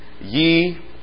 Ye